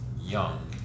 Young